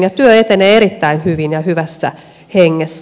työ etenee erittäin hyvin ja hyvässä hengessä